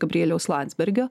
gabrieliaus landsbergio